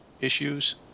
issues